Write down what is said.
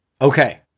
Okay